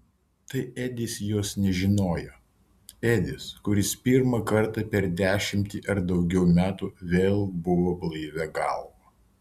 tai edis jos nežinojo edis kuris pirmą kartą per dešimtį ar daugiau metų vėl buvo blaivia galva